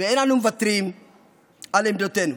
ואין אנו מוותרים על עמדותינו,